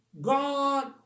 God